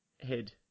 head